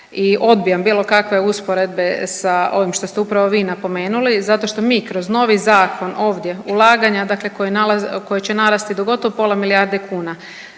i odbijam bilo kakve usporedbe sa ovim što ste upravo vi napomenuli zato što mi kroz novi zakon ovdje ulaganja, dakle koje će narasti do gotovo pola milijarde kuna,